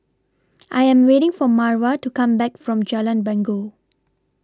I Am waiting For Marva to Come Back from Jalan Bangau